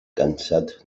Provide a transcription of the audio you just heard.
cansat